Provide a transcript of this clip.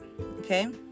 Okay